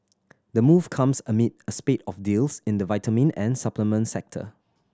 the move comes amid a spate of deals in the vitamin and supplement sector